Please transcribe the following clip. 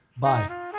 Bye